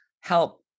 help